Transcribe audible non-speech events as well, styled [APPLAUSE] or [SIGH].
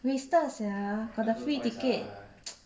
wasted sia got the free ticket [NOISE]